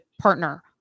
partner